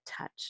touch